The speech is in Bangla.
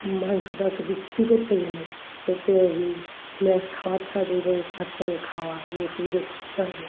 মাংসটাকে বৃদ্ধি করতে গেলে ওকে ম্যাস খাওয়াতে হবে এবং তার সঙ্গে খাওয়ার ওষুধও খাওয়াতে হবে